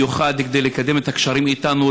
כדי לקדם את הקשרים איתנו.